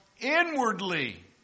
inwardly